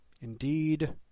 Indeed